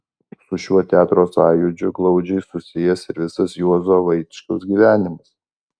su šiuo teatro sąjūdžiu glaudžiai susijęs ir visas juozo vaičkaus gyvenimas